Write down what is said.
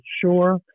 sure